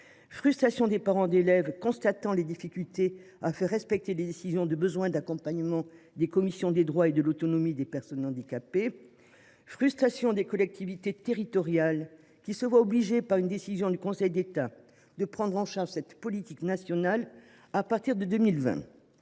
frustration des parents d’élèves, qui constatent les difficultés à faire respecter les décisions de relatives aux besoins d’accompagnement des commissions des droits et de l’autonomie des personnes handicapées (CDAPH) ; frustration des collectivités territoriales, qui se sont vues obligées, par une décision du Conseil d’État, de prendre en charge cette politique nationale depuis 2020